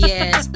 Yes